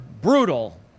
brutal